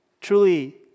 truly